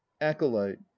acolyte